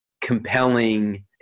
compelling